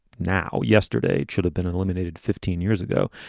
now, yesterday should have been eliminated fifteen years ago.